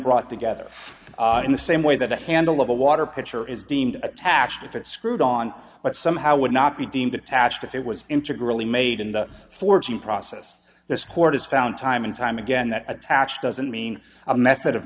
brought together in the same way that the handle of a water pitcher is deemed attached if it screwed on but somehow would not be deemed attached if it was integral ie made in the fourteen process this court is found time and time again that attach doesn't mean a method of